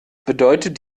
bedeutet